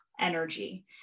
energy